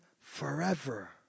forever